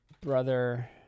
brother